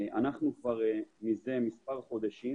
מזה מספר חודשים